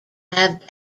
have